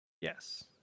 Yes